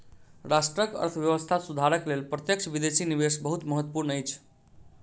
राष्ट्रक अर्थव्यवस्था सुधारक लेल प्रत्यक्ष विदेशी निवेश बहुत महत्वपूर्ण अछि